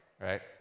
right